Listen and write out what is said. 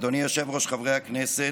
אדוני היושב-ראש, חברי הכנסת,